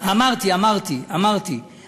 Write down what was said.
אמרתי, אמרתי, אמרתי.